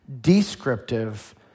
descriptive